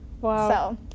wow